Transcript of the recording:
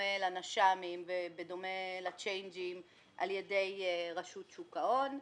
בדומה לנש"מים ובדומה לצ'יינג'ים על ידי רשות שוק ההון.